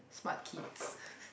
smart kids